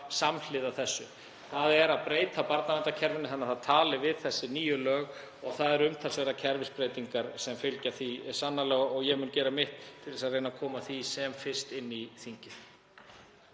samhliða þessu. Það þarf að breyta barnaverndarkerfinu til þess að það tali við þessi nýju lög. Það eru sannarlega umtalsverðar kerfisbreytingar sem fylgja því og ég mun gera mitt til þess að reyna að koma því sem fyrst inn í þingið.